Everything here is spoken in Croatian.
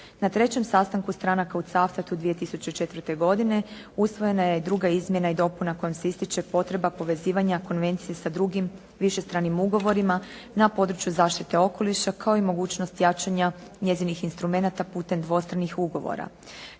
Na trećem sastanku stranaka u Cavtatu 2004. godine usvojena je duga izmjena i dopuna kojom se ističe potreba povezivanja konvencije sa drugim višestranim ugovorima na području zaštite okoliša kao i mogućnost jačanja njezinih instrumenata putem dvostranih ugovora.